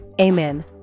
Amen